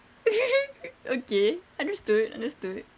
okay understood understood